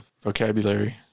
vocabulary